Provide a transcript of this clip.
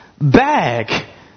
bag